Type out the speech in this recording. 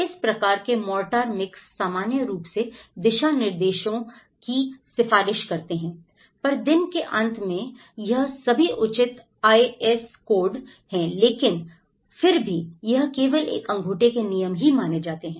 इस प्रकार के मोरर्टार मिक्स सामान्य रूप से दिशा निर्देशों की सिफारिश करते हैं पर दिन के अंत में यह सभी उचित आय एस कोड हैं लेकिन फिर भी यह केवल एक अंगूठे के नियम ही माने जाते हैं